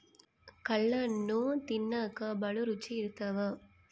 ಕಲ್ಲಣ್ಣು ತಿನ್ನಕ ಬಲೂ ರುಚಿ ಇರ್ತವ